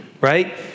Right